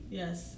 yes